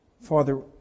Father